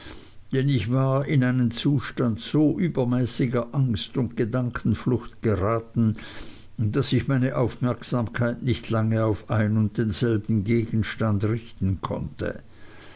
denn ich war in einen zustand so übermäßiger angst und gedankenflucht geraten daß ich meine aufmerksamkeit nicht lange auf ein und denselben gegenstand richten konnte